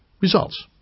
Results